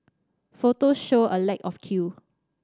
photo showed a lack of queue